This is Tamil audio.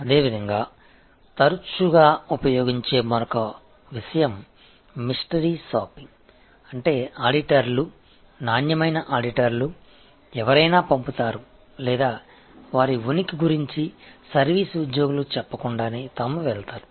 இதேபோல் அடிக்கடி பயன்படுத்தப்படும் மற்றொரு விஷயம் மிஸ்ட்ரி ஷாப்பிங் ஆகும் அதாவது தணிக்கையாளர்கள் க்வாலிடியான தணிக்கையாளர்கள் யாரையாவது அனுப்புவார்கள் அல்லது தங்கள் இருப்பை பற்றி சர்வீஸ் ஊழியர்களிடம் சொல்லாமல் அவர்களே செல்வார்கள்